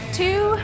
two